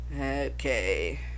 Okay